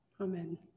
Amen